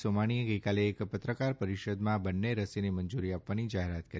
સોમાણીએ ગઈકાલે એક પત્રકાર પરીષદમાં આ બંને રસીને મંજુરી આપવાની જાહેરાત કરી